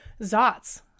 Zots